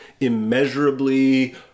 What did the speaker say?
immeasurably